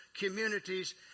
communities